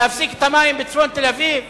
להפסיק את המים בצפון תל-אביב?